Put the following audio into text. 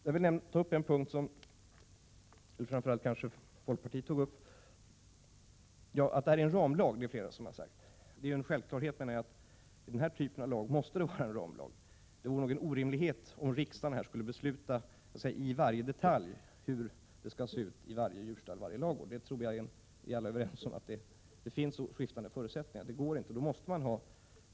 Jag vill ta upp en punkt som kanske framför allt folkpartiet berörde här. Att detta är en ramlag har flera sagt. Det är en självklarhet, menar jag, att den här typen av lag måste vara en ramlag. Det vore orimligt om riksdagen skulle besluta hur det i varje detalj skall se ut i varje djurstall, varje ladugård. Vi är väl alla överens om att det finns skiftande förutsättningar. Det går inte att i lag reglera detta.